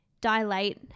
dilate